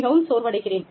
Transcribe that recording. மிகவும் சோர்வடைகிறேன்